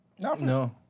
No